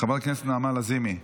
חברת הכנסת נעמה לזימי,